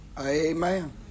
Amen